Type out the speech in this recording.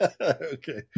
Okay